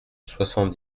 soixante